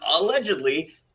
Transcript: allegedly